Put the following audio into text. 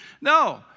No